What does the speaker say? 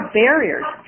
barriers